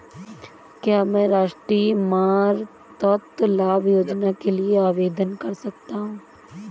क्या मैं राष्ट्रीय मातृत्व लाभ योजना के लिए आवेदन कर सकता हूँ?